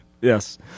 Yes